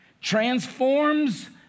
transforms